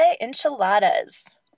Enchiladas